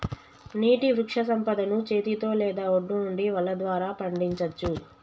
నీటి వృక్షసంపదను చేతితో లేదా ఒడ్డు నుండి వల ద్వారా పండించచ్చు